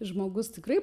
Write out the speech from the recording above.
žmogus tikrai